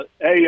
Hey